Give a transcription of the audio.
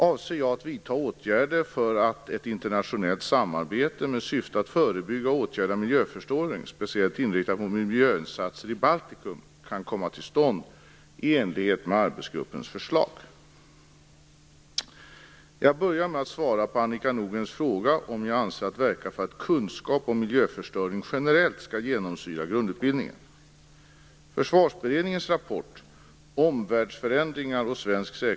Avser jag att vidta åtgärder för att ett internationellt samarbete med syfte att förebygga och åtgärda miljöförstöring, speciellt inriktat mot miljöinsatser i Baltikum, kan komma till stånd i enlighet med arbetsgruppens förslag? Jag börjar med att svara på Annika Nordgrens fråga om jag avser att verka för att kunskap om miljöförstöring generellt skall genomsyra grundutbildningen.